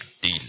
deal